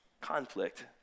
conflict